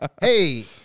Hey